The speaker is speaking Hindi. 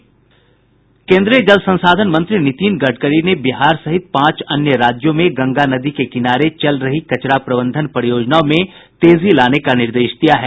केन्द्रीय जल संसाधन मंत्री नितिन गडकरी ने बिहार सहित पांच अन्य राज्यों में गंगा नदी के किनारे चल रही कचरा प्रबंधन परियोजनाओं में तेजी लाने का निर्देश दिया है